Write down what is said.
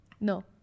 No